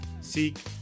Seek